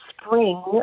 spring